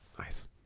nice